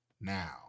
now